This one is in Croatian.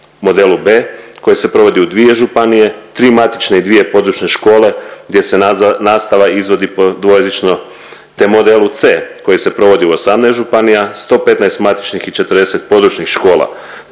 modelu B koji se provodi u 2 županije, 3 matične i 2 područne škole gdje se nastava izvodi po dvojezično, te modelu C koji se provodi u 18 županija, 115 matičnih i 40 područnih škola